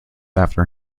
after